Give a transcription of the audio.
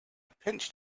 pinched